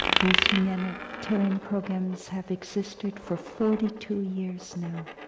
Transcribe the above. these humanitarian programs have existed for forty two years now.